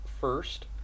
First